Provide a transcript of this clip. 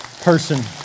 person